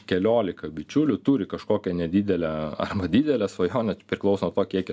keliolika bičiulių turi kažkokią nedidelę arba didelę svajonę priklauso nuo to kiek jie